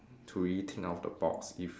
to rethink out of the box if